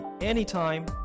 anytime